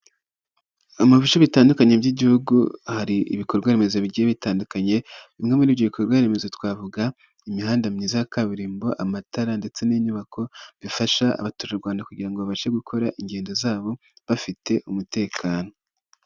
Mu bice bitandukanye by'igihugu hari ibikorwaremezo bigiye bitandukanye bimwe muri ibyo bikorwa remezo twavuga imihanda myiza ya kaburimbo, amatara ndetse n'inyubako bifasha abaturarwanda kugira babashe gukora ingendo zabo bafite umutekano.